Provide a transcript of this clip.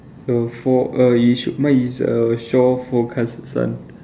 the for err is mine is err shore forecast sun